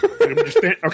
okay